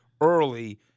early